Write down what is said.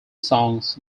songs